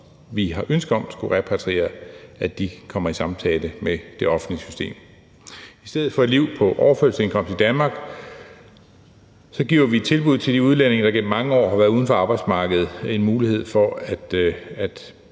vi har ønske om skulle repatrieres, så de kom i samtale med det offentlige system. I stedet for et liv på overførselsindkomst i Danmark giver vi et tilbud til de udlændinge, der i mange år har været uden for arbejdsmarkedet, nemlig en mulighed for at